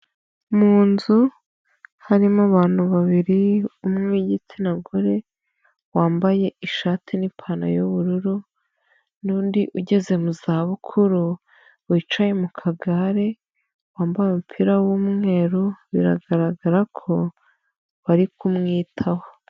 Mu nzu harimo abantu babiri umwe w'igitsina gore wambaye ishati n'ipantaro y'ubururu, n'undi ugeze mu za bukuru wicaye mu kagare wambaye umupira w'umweru biragaragara ko bari kumwitaho.